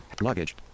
luggage